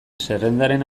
zerrendaren